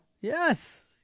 Yes